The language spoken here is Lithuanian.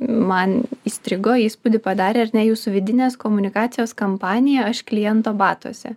man įstrigo įspūdį padarė ar ne jūsų vidinės komunikacijos kampanija aš kliento batuose